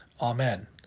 Amen